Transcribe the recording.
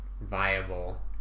Viable